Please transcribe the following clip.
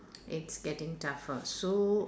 it's getting tougher so